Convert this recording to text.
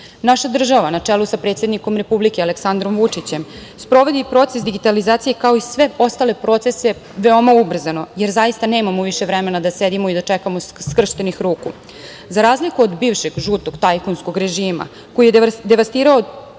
Naša država na čelu sa predsednikom Republike Aleksandrom Vučićem sprovodi proces digitalizacije kao i sve ostale procese veoma ubrzano jer zaista nemamo više vremena da sedimo i čekamo skrštenih ruku.Za razliku od bivšeg žutog tajkunskog režima koji je devastirao